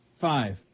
Five